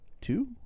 two